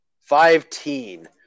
Five-teen